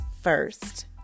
first